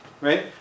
right